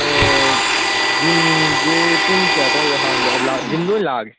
ꯑꯣ ꯖꯤꯝꯁꯦ ꯄꯨꯡ ꯀꯌꯥ ꯑꯗꯥꯏꯗꯒꯤ ꯍꯥꯡꯒꯦ ꯖꯤꯝꯗ ꯑꯣꯏ ꯂꯥꯛꯑꯒꯦ